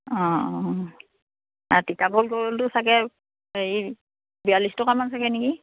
তিতাবৰ গল্ডটো চাগে হেৰি বিয়ালিছ টকা মান চাগে নেকি